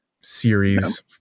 series